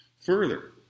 Further